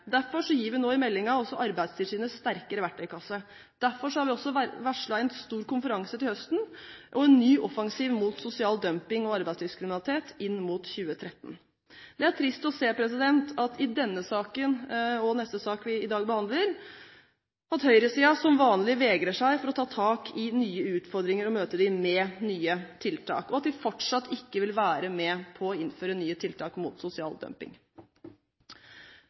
Derfor gir vi nå i meldingen også Arbeidstilsynet sterkere verktøykasse. Derfor har vi også varslet en stor konferanse til høsten og en ny offensiv mot sosial dumping og arbeidslivskriminalitet inn mot 2013. Det er trist å se at høyresiden i denne saken, og i neste, som vi behandler i dag, som vanlig vegrer seg for å ta tak i nye utfordringer og møte dem med nye tiltak, og at de fortsatt ikke vil være med på å innføre nye tiltak mot sosial dumping.